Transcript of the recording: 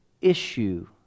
issue